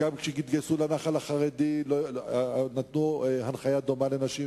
גם כשהתגייסו לנח"ל החרדי נתנו הנחיה דומה לנשים.